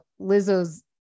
lizzo's